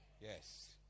Yes